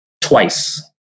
twice